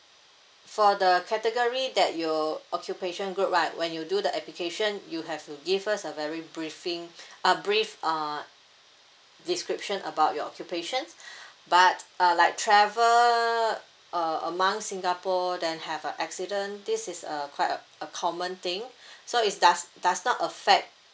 for the category that you occupation group right when you do the application you have to give us a very briefing uh brief uh description about your occupation but uh like travel err among singapore then have a accident this is a quite a a common thing so it does does not affect